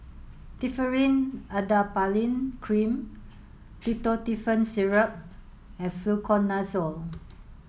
Differin Adapalene Cream Ketotifen Syrup and Fluconazole